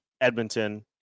Edmonton